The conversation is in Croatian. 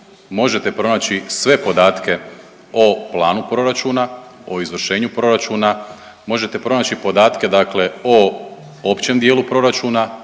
možete pronaći sve podatke o planu proračuna, o izvršenju proračuna. Možete pronaći podatke, dakle o općem dijelu proračuna,